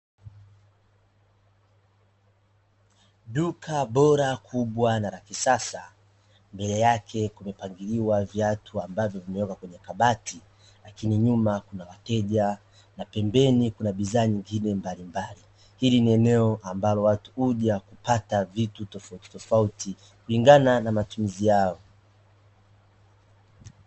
Duka bora kubwa na lakisasa mbele yake kumepangiliwa viatu ambavyo vimewekwa kwenye kabati lakini nyuma kuna wateja na pembeni kuna bidhaa nyingine mbalimbali. Hili ni eneo ambalo watu huja kupata vitu tofautitofauti kulingana na matumizi yao.